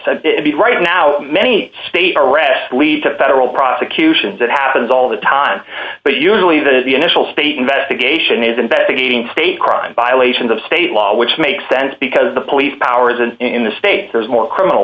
said it would be right now many states arrest lead to federal prosecutions that happens all the time but usually that is the initial state investigation is investigating state crime violations of state law which makes sense because the police powers and in the state there's more criminal